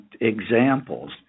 examples